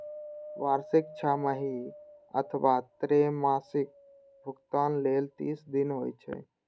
वार्षिक, छमाही अथवा त्रैमासिक भुगतान लेल तीस दिन होइ छै